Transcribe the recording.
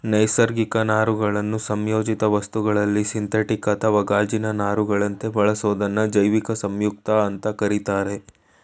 ನೈಸರ್ಗಿಕ ನಾರುಗಳನ್ನು ಸಂಯೋಜಿತ ವಸ್ತುಗಳಲ್ಲಿ ಸಿಂಥೆಟಿಕ್ ಅಥವಾ ಗಾಜಿನ ನಾರುಗಳಂತೆ ಬಳಸೋದನ್ನ ಜೈವಿಕ ಸಂಯುಕ್ತ ಅಂತ ಕರೀತಾರೆ